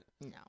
No